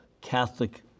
Catholic